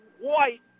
white